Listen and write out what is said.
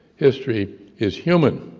history is human,